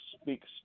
speaks